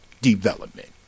Development